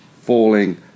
falling